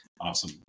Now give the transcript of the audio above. Awesome